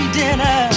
dinner